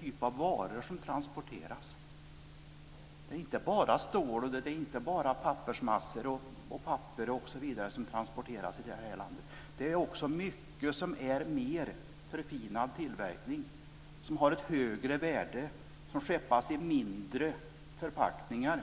typ av varor som transporteras. Det är inte bara stål, pappersmassa, papper o.d. som transporteras i vårt land utan också många mycket mer förfinade produkter, som har ett högre värde och som fraktas i mindre förpackningar.